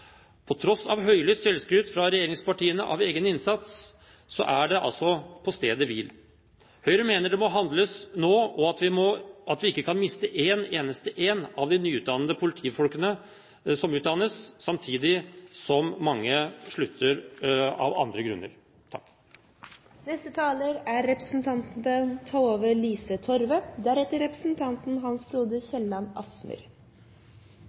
På tross av høylydt selvskryt fra regjeringspartiene av egen innsats er det altså på stedet hvil. Høyre mener det må handles nå, og at vi ikke kan miste én eneste en av de nyutdannede politifolkene som utdannes, samtidig som mange slutter av andre grunner. Vi som bor i Norge, er